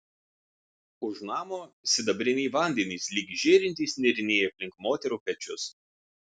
už namo sidabriniai vandenys lyg žėrintys nėriniai aplink moterų pečius